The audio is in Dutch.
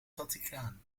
vaticaan